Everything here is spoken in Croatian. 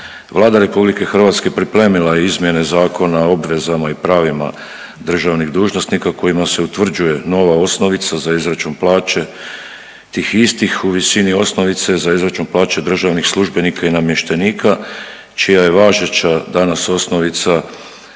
Vlada RH pripremila je izmjene zakona o obvezama i pravima državnih dužnosnika kojima se utvrđuje nova osnovica za izračun plaće tih istih u visini osnovice za izračun plaće državnih službenika i namještenika čija je važeća danas osnovica